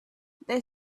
they